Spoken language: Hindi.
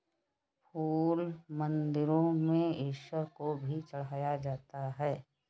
फूल मंदिरों में ईश्वर को भी चढ़ाया जाता है